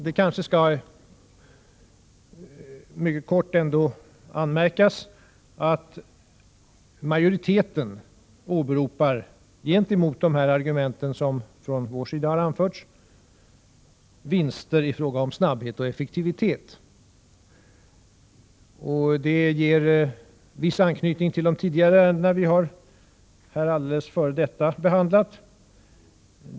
Det kanske mycket kort skall anmärkas att majoriteten gentemot de argument som från vår sida har anförts åberopa vinster i fråga om snabbhet och effektivitet. Det ger viss anknytning till ärenden vi tidigare har behandlat.